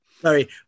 Sorry